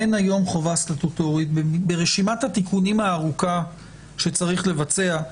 אין היום חובה סטטוטורית ברשימת התיקונים הארוכה שצריך לבצע,